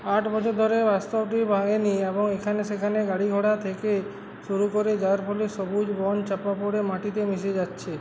আট বছর ধরে বাস্তবটি ভাঙে নি এবং এখানে সেখানে গাড়ি ঘোড়া থেকে শুরু করে যার ফলে সবুজ বন চাপা পড়ে মাটিতে মিশে যাচ্ছে